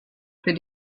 für